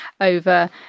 over